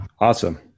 Awesome